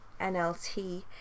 NLT